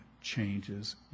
changes